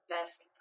best